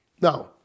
Now